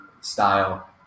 style